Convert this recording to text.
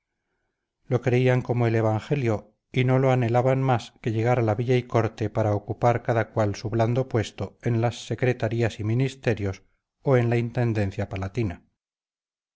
lo creían como el evangelio y no anhelaban más que llegar a la villa y corte para ocupar cada cual su blando puesto en las secretarías y ministerios o en la intendencia palatina